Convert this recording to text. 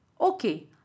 Okay